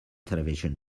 television